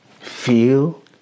feel